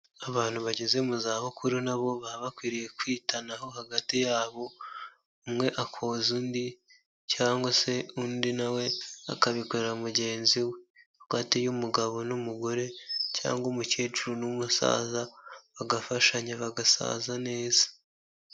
Abantu bageze mu zabukuru na bo baba bakwiriye kwitanaho hagati yabo, umwe akoza undi cyangwa se undi na we akabikorera mugenzi we, hagati y'umugabo n'umugore cyangwa umukecuru n'umusaza bagafashanya, bagasaza neza.